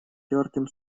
тёртым